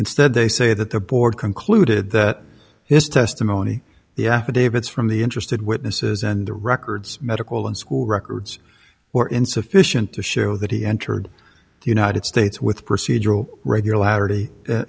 instead they say that the board concluded that his testimony the affidavits from the interested witnesses and the records medical and school records were insufficient to show that he entered the united states with procedural regularity